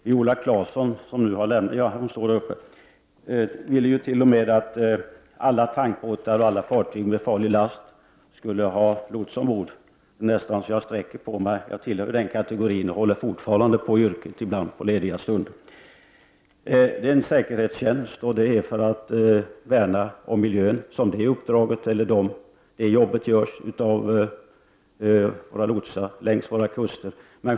Viola Claesson ville t.o.m. att alla tankbåtar och alla fartyg med farlig last skulle ha lots ombord. Det är nästan så att jag sträcker på mig. Jag tillhör den yrkeskategorin, och jag utövar fortfarande detta yrke på lediga stunder. Lotsning är en säkerhetstjänst, och det är för att värna om miljön som våra lotsar utför den tjänsten längs våra kuster.